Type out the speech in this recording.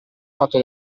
fatto